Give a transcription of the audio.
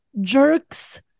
jerks